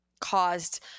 caused